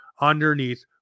underneath